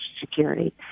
Security